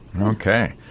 Okay